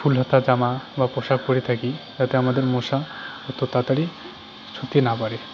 ফুল হাতা জামা বা পোশাক পরে থাকি যাতে আমাদের মশা অত তাড়াতাড়ি ছুঁতে না পারে